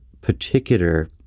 particular